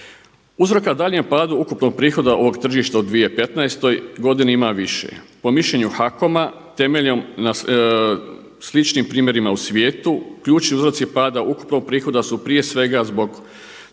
Uzroka daljnjem padu ukupnog prihoda ovog tržišta u 2015. godini ima više. Po mišljenju HAKOM-a temeljem sličnim primjerima u svijetu ključni uzroci pada ukupnog prihoda su prije svega zbog